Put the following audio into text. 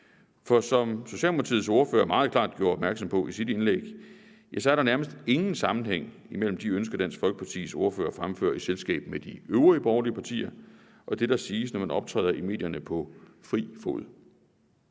for som Socialdemokratiets ordfører meget klart gjorde opmærksom på i sit indlæg, er der nærmest ingen sammenhæng imellem de ønsker, Dansk Folkepartis ordfører fremfører i selskab med de øvrige borgerlige partier, og det, der siges, når man optræder i medierne på egen hånd.